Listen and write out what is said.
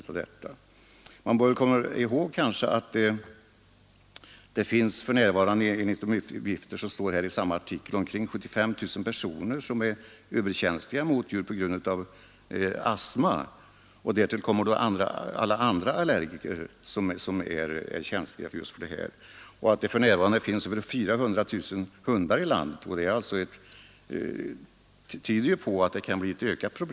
Man bör komma ihåg att det för närvarande — enligt de uppgifter som lämnas i denna artikel — finns omkring 75 000 personer här i landet som är överkänsliga mot djur på grund av astma, och därtill kommer alla andra allergiker som är känsliga för hundar. Och det finns i dag 400 000 hundar i landet. Allt detta tyder på att problemet kan öka.